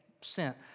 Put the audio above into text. sent